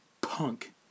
punk